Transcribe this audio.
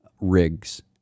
rigs